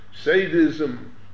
sadism